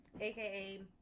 Aka